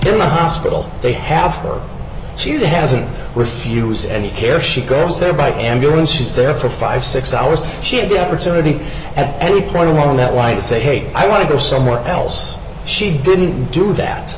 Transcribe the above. in the hospital they have her she has refused any care she goes there by ambulance she's there for fifty six hours she had the opportunity at any point along that line to say hey i want to go somewhere else she didn't do that